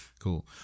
Cool